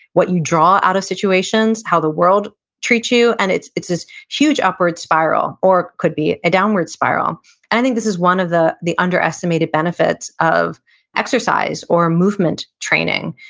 what you draw out of situations, how the world treats you. and it's it's this huge upward spiral, or could be a downward spiral i think this is one of the the underestimated benefits of exercise or movement training,